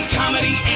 comedy